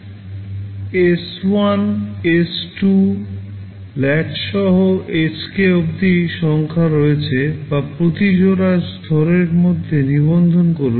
S 1 S 2 latch সহ Sk অবধি সংখ্যা রয়েছে বা প্রতিটি জোড়া স্তরের মধ্যে নিবন্ধন করুন